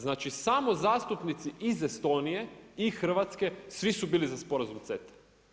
Znači samo zastupnici iz Estonije i Hrvatske, svi su bili za sporazum CETA.